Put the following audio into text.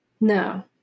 No